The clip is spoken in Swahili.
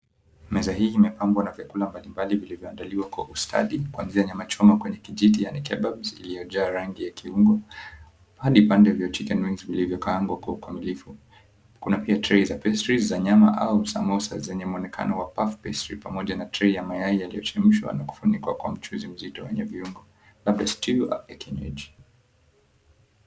Meza hii imepambwa na vyakula mbalimbali vilivyoandaliwa kwa ustaadi kuanzia nyama choma kwenye kijiti yaani (cs)kebabs(cs) iliyojaa rangi ya kiungo hadi pande vya (cs)chicken wings(cs) vilivyokaangwa kwa ukamilifu. Kuna pia (cs)tray(cs) za pastries za nyama au samosa zenye muonekano wa puff pastry pamoja na tray ya mayai yaliyochemshwa na kufunikwa kwa mchuzi mzito wenye viungo. Labda (cs)stew(cs) au kinywaji.